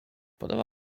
podoba